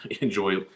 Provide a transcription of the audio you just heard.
enjoy